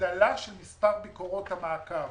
הגדלה של מספר ביקורות המעקב.